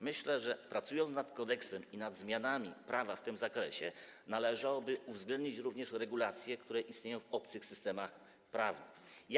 Myślę, że pracując nad kodeksem i nad zmianami prawa w tym zakresie, należałoby uwzględnić również regulacje, które istnieją w obcych systemach prawa.